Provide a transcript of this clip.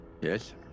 Yes